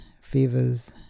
fevers